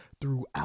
throughout